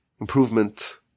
improvement